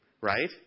Right